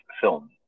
film